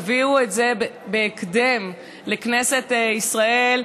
תביאו את זה בהקדם לכנסת ישראל.